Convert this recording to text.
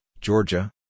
Georgia